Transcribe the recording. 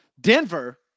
Denver